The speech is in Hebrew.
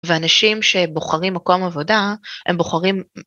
ואנשים שבוחרים מקום עבודה, הם בוחרים.